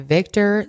Victor